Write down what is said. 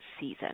season